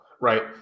right